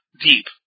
deep